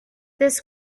this